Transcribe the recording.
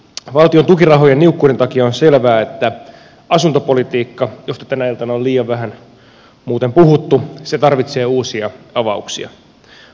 valtion tukirahojen niukkuuden takia on selvää että asuntopolitiikka josta tänä iltana on liian vähän muuten puhuttu tarvitsee uusia avauksia